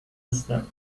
هستند